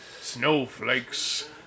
Snowflakes